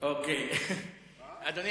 אדוני